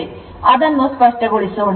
ಆದ್ದರಿಂದ ಅದನ್ನು ಸ್ಪಷ್ಟಗೊಳಿಸೋಣ